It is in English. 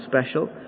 special